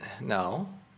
no